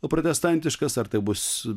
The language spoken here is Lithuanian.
protestantiškas ar taip bus